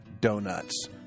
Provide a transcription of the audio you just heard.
donuts